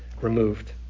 removed